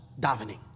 davening